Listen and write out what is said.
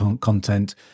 content